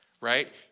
right